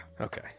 Okay